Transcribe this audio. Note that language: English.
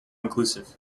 inclusive